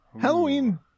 Halloween